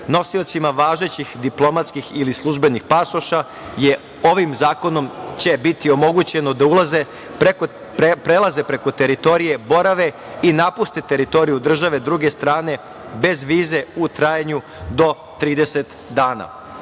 nosiocima važećih diplomatskih ili službenih pasoša ovim zakonom će biti omogućeno da ulaze, prelaze preko teritorije, borave i napuste teritoriju države druge strane bez vize u trajanju do 30